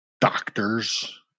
doctors